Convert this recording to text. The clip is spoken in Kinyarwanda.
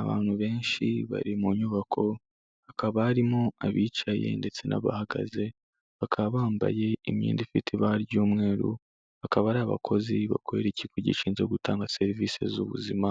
Abantu benshi bari mu nyubako hakaba barimo abicaye ndetse n'abahagaze, bakaba bambaye imyenda ifite ibara ry'umweru bakaba ari abakozi bakorera ikigo gishinzwe gutanga serivisi z'ubuzima